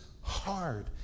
hard